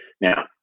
Now